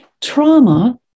trauma